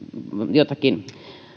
jotakin